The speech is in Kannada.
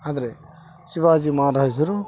ಆದರೆ ಶಿವಾಜಿ ಮಹಾರಾಜರು